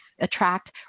attract